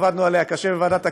עבדנו עליה קשה בוועדת הכספים,